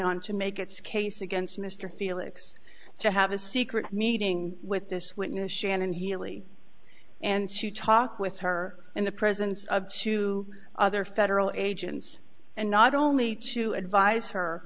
on to make its case against mr felix to have a secret meeting with this witness shannon healey and to talk with her in the presence of two other federal agents and not only to advise